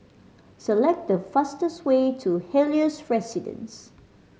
select the fastest way to Helios Residences